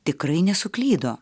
tikrai nesuklydo